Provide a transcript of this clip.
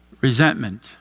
resentment